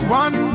one